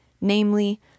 namely